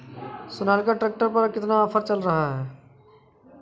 Sonalika tractor पर कितना offer चल रहा है?